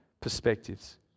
perspectives